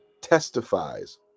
testifies